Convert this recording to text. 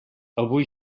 avui